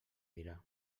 mirar